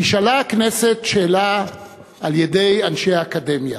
נשאלה הכנסת שאלה על-ידי אנשי האקדמיה: